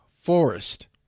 forest